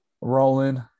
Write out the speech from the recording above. rolling